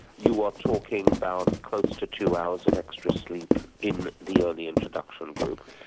you are talking about close to two hours of extra sleep in the early introduction group.